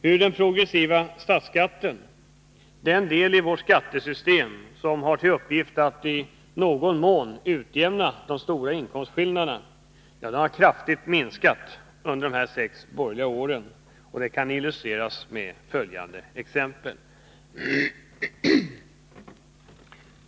Hur den progressiva statsskatten — den del i vårt skattesystem som har till uppgift att i någon mån utjämna de stora inkomstskillnaderna — kraftigt har minskat under de sex borgerliga åren kan illustreras med följande exempel.